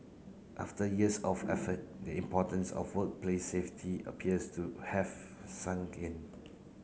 after years of effort the importance of workplace safety appears to have sunk in